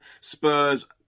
Spurs